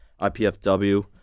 IPFW